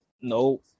No